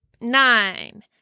nine